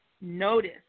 Notice